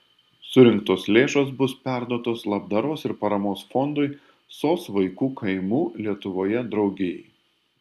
surinktos lėšos bus perduotos labdaros ir paramos fondui sos vaikų kaimų lietuvoje draugijai